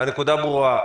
אודי, הנקודה ברורה.